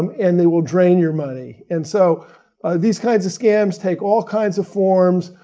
um and they will drain your money. and so these kinds of scams take all kinds of forms,